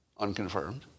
unconfirmed